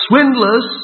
swindlers